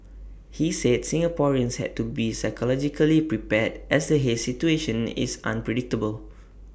he said Singaporeans had to be psychologically prepared as the haze situation is unpredictable